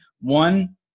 one